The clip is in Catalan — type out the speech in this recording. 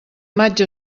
maig